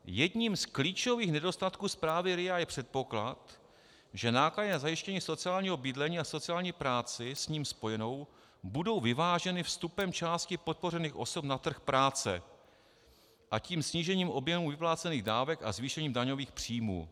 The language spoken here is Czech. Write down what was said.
Jedním z klíčových nedostatků zprávy RIA je předpoklad, že náklady na zajištění sociálního bydlení a sociální práci s ním spojené budou vyváženy vstupem části podpořených osob na trh práce, a tím snížením objemu vyplácených dávek a zvýšením daňových příjmů.